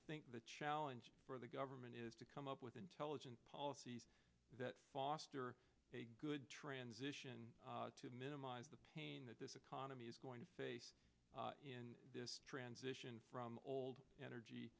think the challenge for the government is to come up with intelligent policies that foster a good transition to minimize the pain that this economy is going to face in this transition from old energy